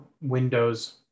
Windows